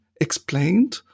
explained